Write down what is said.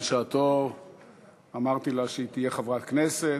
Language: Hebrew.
בשעתי אמרתי לה שהיא תהיה חברת כנסת,